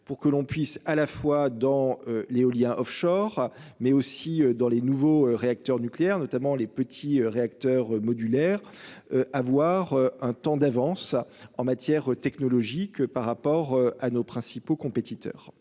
pour que l'on puisse à la fois dans l'éolien Offshore mais aussi dans les nouveaux réacteurs nucléaires notamment les petits réacteurs modulaires. Avoir un temps d'avance en matière technologique par rapport à nos principaux compétiteurs